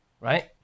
right